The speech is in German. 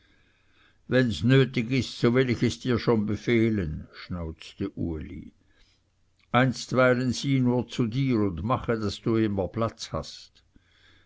es nötig ist so will ich es dir schon befehlen schnauzte uli einstweilen siehe nur zu dir und mache daß du immer platz hast